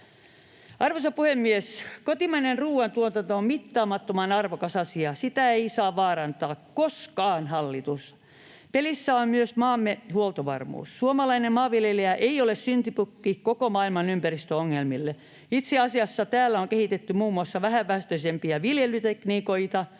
Arvoisa puhemies! Kotimainen ruoantuotanto on mittaamattoman arvokas asia — sitä ei saa vaarantaa koskaan, hallitus! Pelissä on myös maamme huoltovarmuus. Suomalainen maanviljelijä ei ole syntipukki koko maailman ympäristöongelmille. Itse asiassa täällä on kehitetty muun muassa vähäpäästöisempiä viljelytekniikoita.